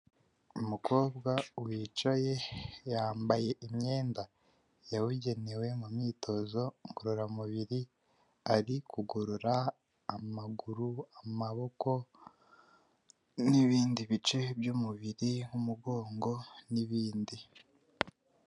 Umukobwa wicaye, yambaye imyenda yabugenewe mu myitozo ngororamubiri, ari kugorora amaguru, amaboko, n'ibindi bice by'umubiri, nk'umugongo, n'ibindi.